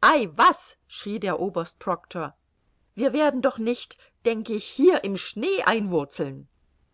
ei was schrie der oberst proctor wir werden doch nicht denk ich hier im schnee